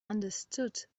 understood